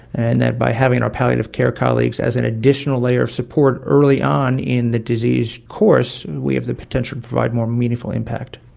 and that by having our palliative care colleagues as an additional layer of support early on in the disease course, we have the potential to provide more meaningful impact.